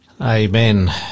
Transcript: Amen